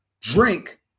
drink